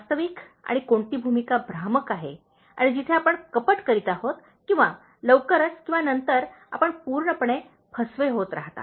वास्तविक आणि कोणती भूमिका भ्रामक आहे आणि जिथे आपण कपट करीत आहोत किंवा लवकरच किंवा नंतर आपण पूर्णपणे फसवे होत आहात